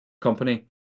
company